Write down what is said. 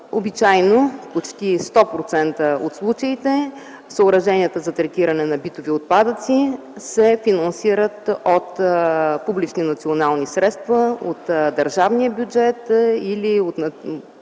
Обичайно, почти в сто процента от случаите, съоръженията за третиране на битови отпадъци се финансират от публични национални средства, от държавния бюджет или от